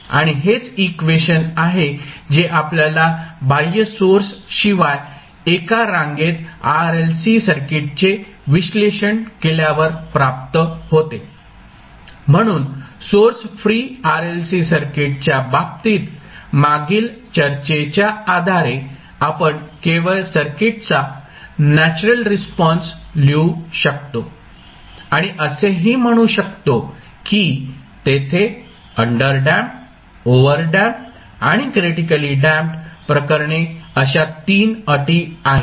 आणि हेच इक्वेशन आहे जे आपल्याला बाह्य सोर्स शिवाय एका रांगेत RLC सर्किटचे विश्लेषण केल्यावर प्राप्त होते म्हणून सोर्स फ्री RLC सर्किटच्या बाबतीत मागील चर्चेच्या आधारे आपण केवळ सर्किटचा नॅचरल रिस्पॉन्स लिहू शकतो आणि असेही म्हणू शकतो की तेथे अंडरडॅम्प्ड ओव्हरडॅम्प्ड आणि क्रिटिकली डॅम्प्ड प्रकरणे अशा तीन अटी आहेत